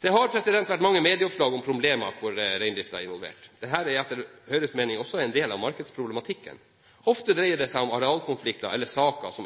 Det har vært mange medieoppslag om problemer hvor reindriften er involvert. Dette er, etter Høyres mening, også en del av markedsproblematikken. Ofte dreier det seg om arealkonflikter eller saker